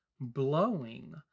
blowing